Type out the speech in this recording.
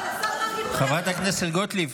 חברת הכנסת גוטליב,